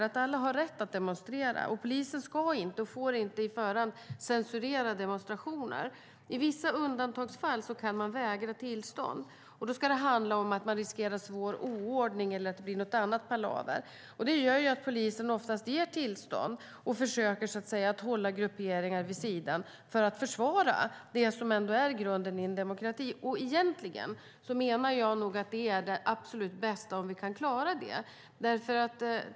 Alla har rätt att demonstrera. Polisen ska inte och får inte i förhand censurera demonstrationer. I vissa undantagsfall kan man vägra tillstånd. Då ska det handla om att man riskerar svår oordning eller att det blir någon annan palaver. Det gör att polisen oftast ger tillstånd och försöker att hålla grupperingar vid sidan för att försvara det som är grunden i en demokrati. Det är det absolut bästa om vi kan klara det.